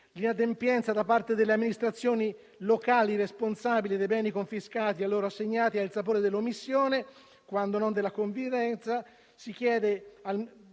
l'inadempienza da parte delle amministrazioni locali responsabili dei beni confiscati a loro assegnati ha il sapore dell'omissione, quando non della connivenza,